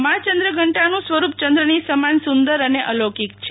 મા ચંદ્રઘંટાનું સ્વરૂપ ચંદ્રની સમાન સુંદર અને અલૌકિક છે